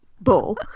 bull